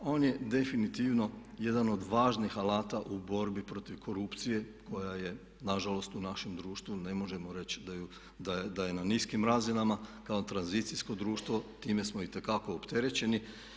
On je definitivno jedan od važnih alata u borbi protiv korupcije koja je na žalost u našem društvu ne možemo reći da je na niskim razinama kao tranzicijsko društvo time smo itekako opterećeni.